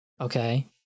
Okay